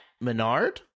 Menard